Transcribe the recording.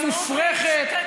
המופרכת,